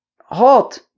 halt